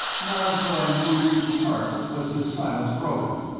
not until i moved to depart was this silence broken,